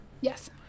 yes